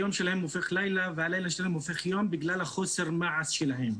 היום שלהם הופך לילה והלילה שלהם הופך ליום בגלל חוסר המעש שלהם.